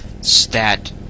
stat